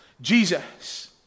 Jesus